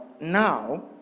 now